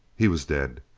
he was dead.